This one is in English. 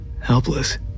helpless